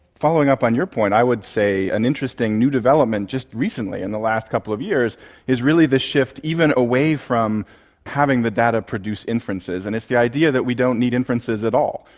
following up on your point, i would say an interesting new development just recently in the last couple of years is really this shift even away from having the data produce inferences, and it's the idea that we don't need inferences at all,